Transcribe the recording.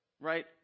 right